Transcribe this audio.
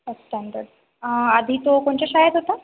first standard आधी तो कोणच्या शाळेत होता